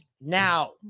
now